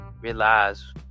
realize